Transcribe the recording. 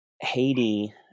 Haiti